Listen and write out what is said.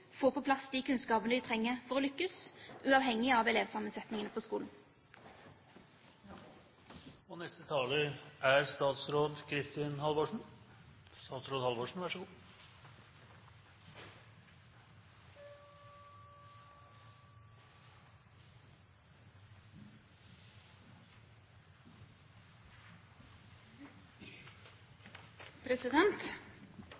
på plass de kunnskapene de trenger for å lykkes, uavhengig av elevsammensetningen på skolen.